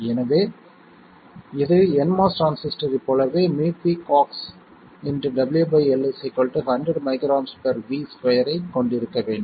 எனவே இது nMOS டிரான்சிஸ்டரைப் போலவே µpcoxWL 100 µAV2 ஐக் கொண்டிருக்க வேண்டும்